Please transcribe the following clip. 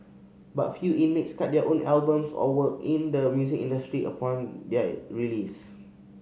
but few inmates cut their own albums or work in the music industry upon their release